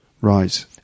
Right